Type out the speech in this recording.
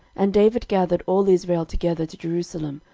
and david gathered all israel together to jerusalem,